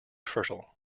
fertile